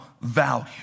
value